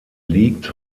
liegt